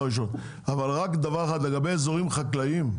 לגבי אזורים חקלאיים,